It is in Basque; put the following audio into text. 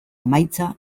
emaitza